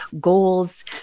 goals